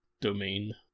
domain